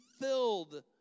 filled